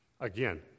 again